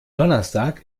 donnerstag